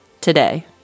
today